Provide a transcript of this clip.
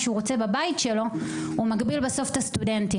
שהוא רוצה בבית שלו מגביל את הסטודנטים.